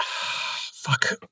Fuck